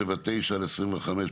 התשפ"ג-2023,